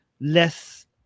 less